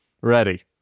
Ready